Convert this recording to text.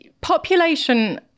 population